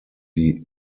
die